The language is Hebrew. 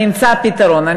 אני אמצא פתרון.